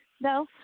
No